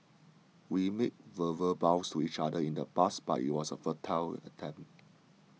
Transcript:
we made verbal vows to each other in the past but it was a futile attempt